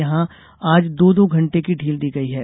यहां आज दो दो घंटे की ढील दी गयी है